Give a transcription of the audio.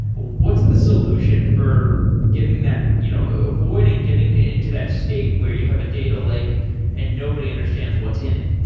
what's the solution for getting that you know avoiding getting into that state where you have a data lake and nobody understands what's in it?